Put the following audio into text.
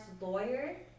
lawyer